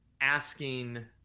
asking